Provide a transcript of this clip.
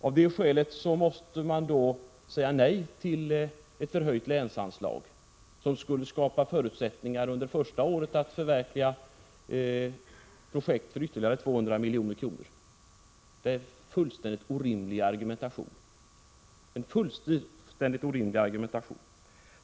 Av det skälet måste man säga nej till ett förhöjt länsanslag, som skulle skapa förutsättningar under första året för att förverkliga projekt för ytterligare 200 milj.kr. Det är en fullständigt orimlig argumentation.